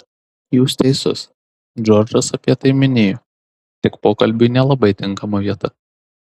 jūs teisus džordžas apie tai minėjo tik pokalbiui nelabai tinkama vieta